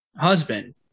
husband